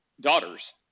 daughters